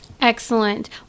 Excellent